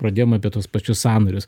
pradėjom apie tuos pačius sąnarius